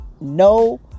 no